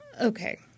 Okay